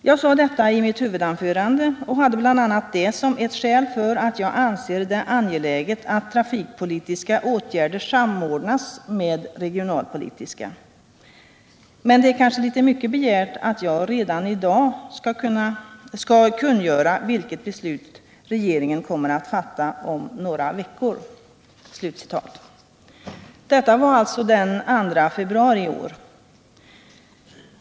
Jag sade detta i mitt huvudanförande och hade bl.a. det som ett skäl för att jag anser det angeläget att trafikpolitiska åtgärder samordnas med regionalpolitiska. Men det är kanske litet mycket begärt att jag redan i dag skall kungöra vilket beslut regeringen kommer att fatta om några veckor.” Detta var alltså den 2 februari i år.